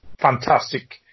fantastic